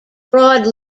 broad